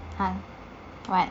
what what